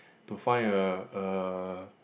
to find a a